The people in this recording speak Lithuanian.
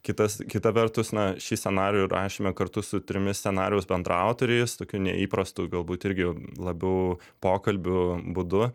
kitas kita vertus na šį scenarijų rašėme kartu su trimis scenarijaus bendraautoriais tokiu neįprastu galbūt irgi labiau pokalbių būdu